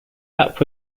app